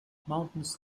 mountains